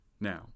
now